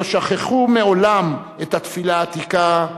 לא שכחו מעולם את התפילה העתיקה,